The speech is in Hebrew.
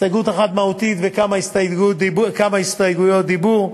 הסתייגות אחת מהותית וכמה הסתייגויות דיבור.